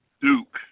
Duke